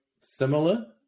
similar